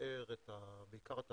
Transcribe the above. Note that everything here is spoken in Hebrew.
שמתאר בעיקר את